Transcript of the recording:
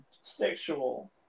sexual